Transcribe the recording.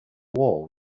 wall